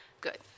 Good